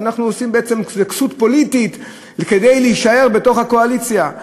ואנחנו בעצם עושים כסות פוליטית כדי להישאר בתוך הקואליציה.